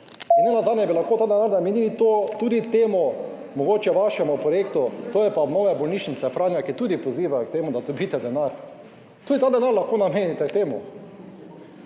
razprave/ bi lahko ta denar namenili to tudi temu, mogoče vašemu projektu, to je pa obnova bolnišnice Franja, ki tudi pozivajo k temu, da dobite denar, tudi ta denar lahko namenite temu.